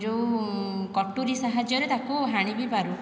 ଯେଉଁ କଟୁରୀ ସାହାଯ୍ୟରେ ତାକୁ ହାଣି ବି ପାରୁ